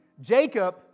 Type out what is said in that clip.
Jacob